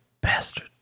bastard